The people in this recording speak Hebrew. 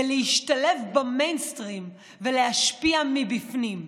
ולהשתלב במיינסטרים ולהשפיע מבפנים.